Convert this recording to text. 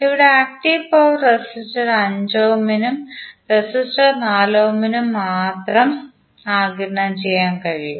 ഇവിടെ active power resistor 5 ohm ഇനും resistor 4 ohm ഇനും മാത്രമേ ആഗിരണം ചെയ്യാൻ കഴിയൂ